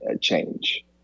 change